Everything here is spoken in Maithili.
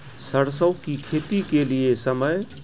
सरसों की खेती के लिए समय?